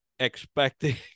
expecting